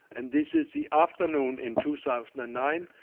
and this is the afternoon in two thousand and nine.